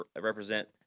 represent